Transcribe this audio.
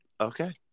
Okay